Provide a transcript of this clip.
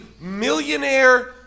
millionaire